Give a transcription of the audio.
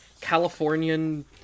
Californian